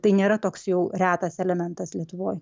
tai nėra toks jau retas elementas lietuvoje